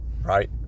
Right